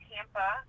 Tampa